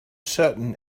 certain